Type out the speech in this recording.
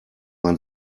man